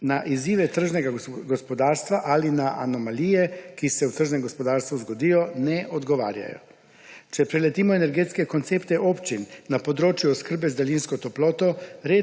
na izzive tržnega gospodarstva ali na anomalije, ki se v tržnem gospodarstvu zgodijo, ne odgovarjajo. Če preletimo energetske koncepte občin na področju oskrbe z daljinsko toploto,